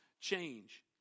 change